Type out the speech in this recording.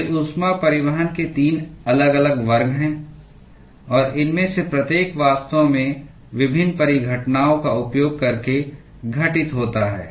ये उष्मा परिवहन के 3 अलग अलग वर्ग हैं और इनमें से प्रत्येक वास्तव में भिन्न परिघटनाओं का उपयोग करके घटित होता है